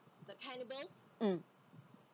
mm